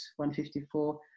154